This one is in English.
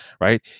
right